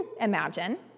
imagine